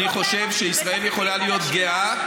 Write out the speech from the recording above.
אני חושב שישראל יכולה להיות גאה,